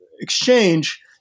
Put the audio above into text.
exchange